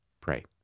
Pray